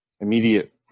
immediate